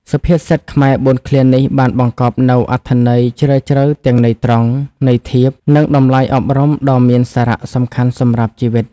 សុភាសិតខ្មែរ៤ឃ្លានេះបានបង្កប់នូវអត្ថន័យជ្រាលជ្រៅទាំងន័យត្រង់ ន័យធៀប និងតម្លៃអប់រំដ៏មានសារៈសំខាន់សម្រាប់ជីវិត។